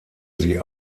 sie